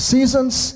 Seasons